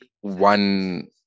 one